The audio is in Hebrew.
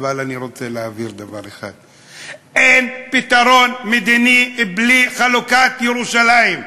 אבל אני רוצה להבהיר דבר אחד: אין פתרון מדיני בלי חלוקת ירושלים.